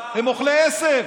הם אוכלי עשב,